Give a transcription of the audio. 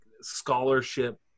scholarship